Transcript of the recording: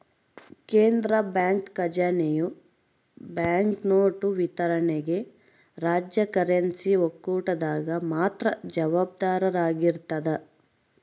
ಕೇಂದ್ರ ಬ್ಯಾಂಕ್ ಖಜಾನೆಯು ಬ್ಯಾಂಕ್ನೋಟು ವಿತರಣೆಗೆ ರಾಜ್ಯ ಕರೆನ್ಸಿ ಒಕ್ಕೂಟದಾಗ ಮಾತ್ರ ಜವಾಬ್ದಾರವಾಗಿರ್ತದ